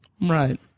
Right